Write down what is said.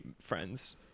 friends